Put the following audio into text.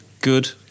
good